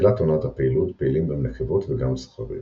בתחילת עונת הפעילות פעילים גם נקבות וגם זכרים,